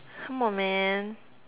come on man